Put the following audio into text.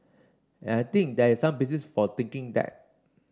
and I think there is some basis for thinking that